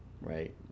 right